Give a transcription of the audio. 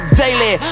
daily